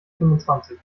fünfundzwanzig